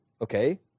okay